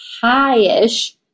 high-ish